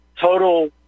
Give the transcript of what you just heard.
total